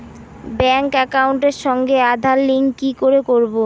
Bank একাউন্টের সঙ্গে Aadhaar link কি করে করবো?